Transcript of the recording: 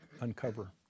uncover